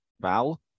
Val